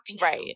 right